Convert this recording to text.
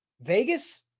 Vegas